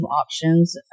options